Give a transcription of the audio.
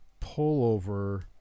pullover